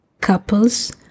couples